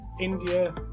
India